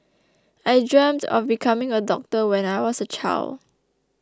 I dreamt of becoming a doctor when I was a child